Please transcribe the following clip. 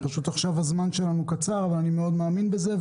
הזמן שלנו קצר, ואני מאוד מאמין בזה.